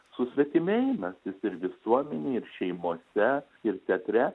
susvetimėjimas jis ir visuomenėj ir šeimose ir teatre